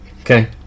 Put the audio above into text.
Okay